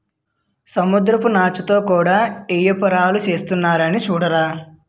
సముద్రపు నాచుతో కూడా యేపారాలు సేసేస్తున్నారు సూడరా